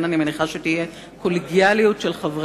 ולכן אני מניחה שתהיה קולגיאליות של חבריהם.